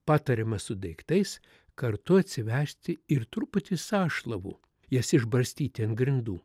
patariama su daiktais kartu atsivežti ir truputį sąšlavų jas išbarstyti ant grindų